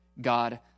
God